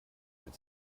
mit